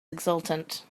exultant